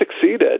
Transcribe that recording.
succeeded